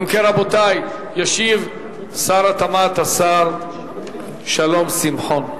אם כן, רבותי, ישיב שר התמ"ת, השר שלום שמחון.